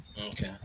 Okay